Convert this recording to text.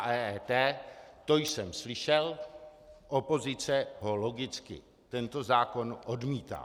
A to jsem slyšel opozice logicky tento zákon odmítá.